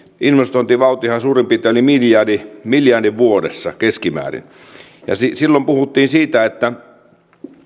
investointivauhtihan suurin piirtein oli miljardin miljardin vuodessa keskimäärin ja silloin puhuttiin että